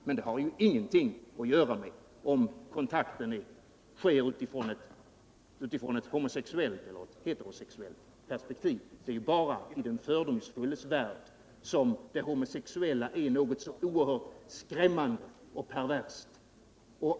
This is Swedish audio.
Men det har ingenting att göra med om kontakten sker utifrån ett homosexuellt eller ett heterosexuellt perspektiv. Det är bara i den fördomsfulles värld som det homosexuella är någonting så oerhört skrämmande och perverst.